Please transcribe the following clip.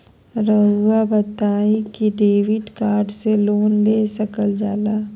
रहुआ बताइं कि डेबिट कार्ड से लोन ले सकल जाला?